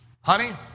honey